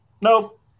nope